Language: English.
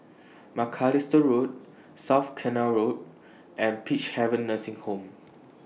Macalister Road South Canal Road and Peacehaven Nursing Home